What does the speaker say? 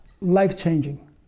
Life-changing